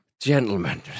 Gentlemen